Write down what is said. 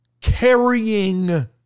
carrying